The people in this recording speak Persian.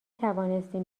توانستیم